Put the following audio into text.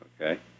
Okay